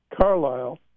Carlisle